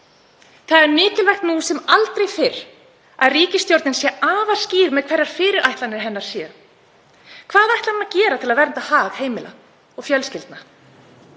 Það er mikilvægt, nú sem aldrei fyrr, að ríkisstjórnin sé afar skýr með hverjar fyrirætlanir hennar eru. Hvað ætlar hún að gera til að vernda hag heimila og fjölskyldna?